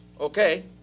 Okay